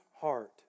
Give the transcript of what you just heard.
heart